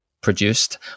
produced